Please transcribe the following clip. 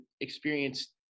experience